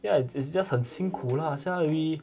yeah it's it's just 很辛苦 lah say already